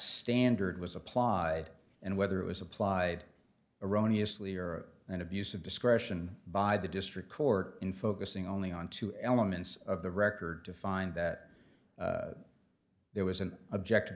standard was applied and whether it was applied erroneous lior an abuse of discretion by the district court in focusing only on two elements of the record to find that there was an object